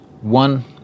one